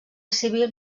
civil